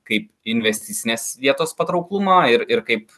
kaip investicinės vietos patrauklumą ir ir kaip